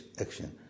action